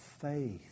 faith